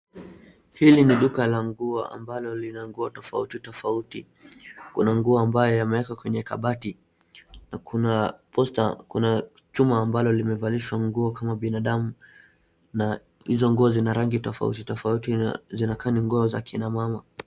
Hili ni duka la nguo ambalo lina nguo tofauti tofauti. Kuna manguo ambayo yamewekwa kwenye kabati na kuna posta, kuna chuma ambalo limevalishwa nguo kama binadamu na hizo nguo zina rangi tofauti tofauti na zinakaa ni nguo za kina mama.